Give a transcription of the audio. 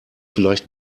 vielleicht